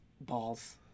Balls